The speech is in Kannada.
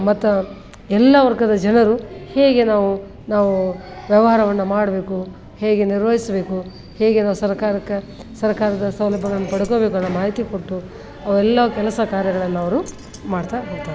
ಮತ್ತೆ ಎಲ್ಲ ವರ್ಗದ ಜನರು ಹೇಗೆ ನಾವು ನಾವು ವ್ಯವಹಾರವನ್ನು ಮಾಡಬೇಕು ಹೇಗೆ ನಿರ್ವಹಿಸಬೇಕು ಹೇಗೆ ನಾವು ಸರಕಾರಕ್ಕೆ ಸರಕಾರದ ಸೌಲಭ್ಯಗಳನ್ನು ಪಡ್ಕೊಬೇಕು ಅನ್ನುವ ಮಾಹಿತಿ ಕೊಟ್ಟು ಅವೆಲ್ಲ ಕೆಲಸ ಕಾರ್ಯಗಳನ್ನವರು ಮಾಡ್ತಾ ಹೋಗ್ತಾರೆ